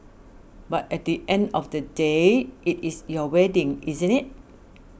but at the end of the day it is your wedding isn't it